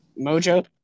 Mojo